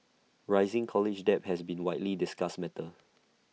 rising college debt has been widely discussed matter